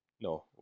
No